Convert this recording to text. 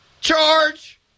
Charge